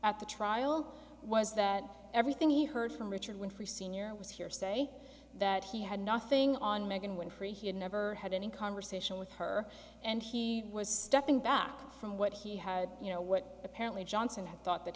at the trial was that everything he heard from richard winfrey sr was hearsay that he had nothing on megan winfrey he had never had any conversation with her and he was stepping back from what he had you know what apparently johnson had thought that